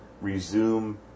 resume